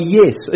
yes